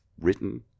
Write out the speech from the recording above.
written